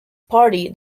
party